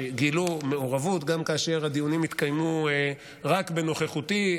שגילו מעורבות גם כאשר הדיונים התקיימו רק בנוכחותי,